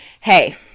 hey